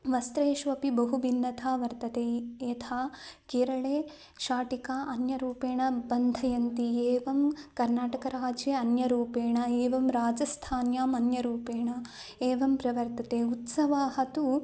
वस्त्रेषु अपि बहु भिन्नता वर्तते य् यथा केरळे शाटिका अन्यरूपेण बन्धयन्ति एवं कर्नाटकराज्ये अन्यरूपेण एवं राजस्थाने अन्यरूपेण एवं प्रवर्तते उत्सवाः तु